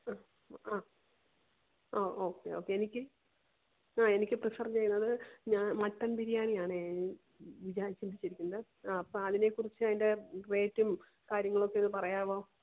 അ അ okay okay എനിക്ക് ആ എനിക്ക് പ്രിഫര് ചെയ്യുന്നത് ഞാൻ മട്ടണ് ബിരിയാണിയാണേ വിചാരിച്ച് വച്ചിരിക്കുന്നത് അപ്പം അതിനെക്കുറിച്ച് അതിന്റെ റേറ്റും കാര്യങ്ങളുമൊക്കെ ഒന്ന് പറയാമോ